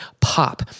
pop